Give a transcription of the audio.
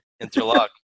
interlock